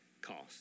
cost